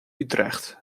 utrecht